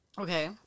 Okay